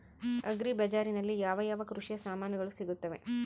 Agri ಬಜಾರಿನಲ್ಲಿ ಯಾವ ಯಾವ ಕೃಷಿಯ ಸಾಮಾನುಗಳು ಸಿಗುತ್ತವೆ?